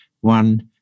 one